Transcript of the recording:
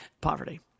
poverty